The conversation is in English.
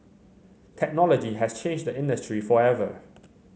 technology has changed the industry forever